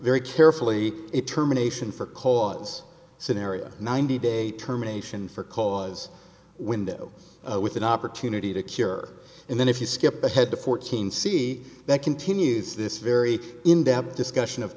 very carefully it terminations for cause scenario ninety day terminations for cause window with an opportunity to cure and then if you skip ahead to fourteen see that continues this very in depth discussion of